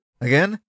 again